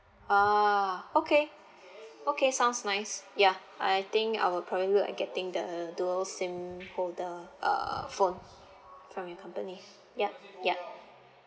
ah okay okay sounds nice ya I think I will probably go and getting the those SIM for the uh phone from your company yup yup